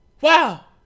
Wow